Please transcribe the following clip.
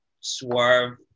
swerve